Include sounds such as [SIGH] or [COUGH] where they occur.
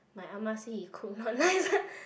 my ah ma say he cook not nice [LAUGHS]